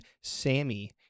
Sammy